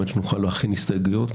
על מנת שנוכל להכין הסתייגויות.